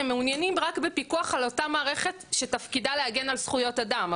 הם מעוניינים רק בפיקוח על אותה מערכת שתפקידה להגן על זכויות אדם,